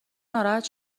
ناراحت